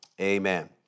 amen